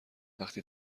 وقتی